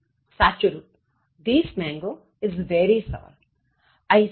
સાચું રુપ This mango is very sour